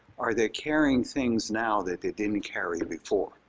are they carrying things now that they didn't carry before?